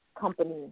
company